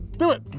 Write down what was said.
do it!